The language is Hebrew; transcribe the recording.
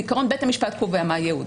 בעיקרון בית המשפט קובע מה הייעוד,